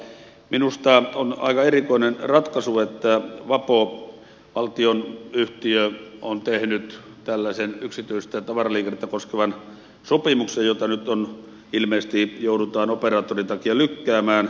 minusta on aika erikoinen ratkaisu että vapo valtionyhtiö on tehnyt tällaisen yksityistä tavaraliikennettä koskevan sopimuksen jota nyt ilmeisesti joudutaan operaattorin takia lykkäämään